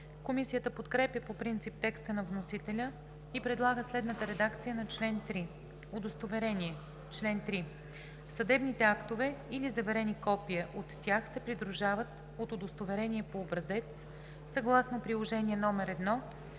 Комисията подкрепя по принцип текста на вносителя и предлага следната редакция на чл. 3: „Удостоверение Чл. 3. Съдебните актове или заверени копия от тях се придружават от удостоверение по образец съгласно приложение № 1,